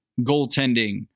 goaltending